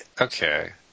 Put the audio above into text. okay